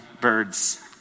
birds